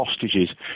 hostages